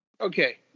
Okay